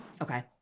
okay